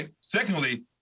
Secondly